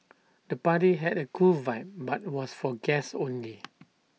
the party had A cool vibe but was for guests only